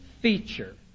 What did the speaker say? feature